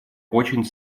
очень